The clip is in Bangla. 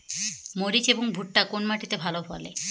মরিচ এবং ভুট্টা কোন মাটি তে ভালো ফলে?